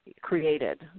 created